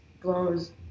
blows